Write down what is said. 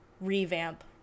revamp